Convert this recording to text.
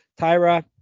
Tyra